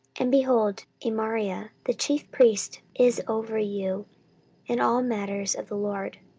and, behold, amariah the chief priest is over you in all matters of the lord